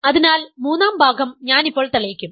അതിനാൽ മൂന്നാം ഭാഗം ഞാൻ ഇപ്പോൾ തെളിയിക്കും